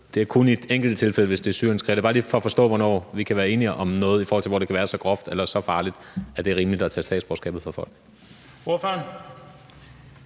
Det er kun i det enkelte tilfælde, at det er syrienskrigere. Det er bare lige for at forstå, hvornår vi kan være enige om at noget er så groft og så farligt, at det er rimeligt at tage statsborgerskabet fra folk.